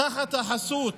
תחת החסות